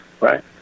Right